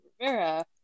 rivera